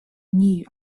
new